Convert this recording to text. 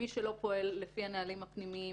מי שלא פועל לפי הנהלים הפנימיים,